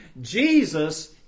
Jesus